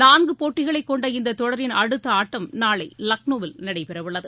நான்கு போட்டிகளைக் கொண்ட இந்த தொடரின் அடுத்த ஆட்டம் நாளை லக்னோவில் நடைபெறவுள்ளது